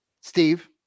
Steve